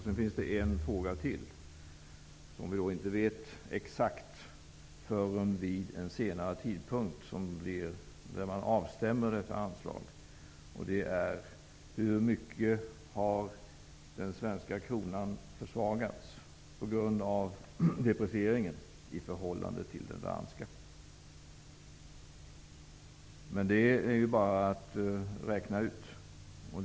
Sedan finns det en fråga till, och där vet vi inte exakt hur det blir förrän vid en senare tidpunkt när man avstämmer detta anslag. Frågan är: Hur mycket har den svenska kronan på grund av deprecieringen försvagats i förhållande till den danska kronan? Det är bara att räkna ut det.